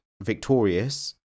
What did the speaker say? victorious